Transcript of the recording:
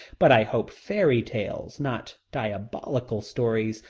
but i hope fairy-tales, not diabolical stories,